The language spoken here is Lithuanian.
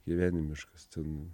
gyvenimiškas ten